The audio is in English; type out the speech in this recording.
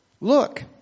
Look